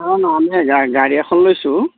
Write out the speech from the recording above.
অঁ নহ'লে গাড়ী এখন লৈছোঁ